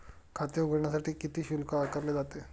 खाते उघडण्यासाठी किती शुल्क आकारले जाते?